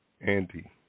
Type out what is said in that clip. Andy